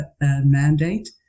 mandate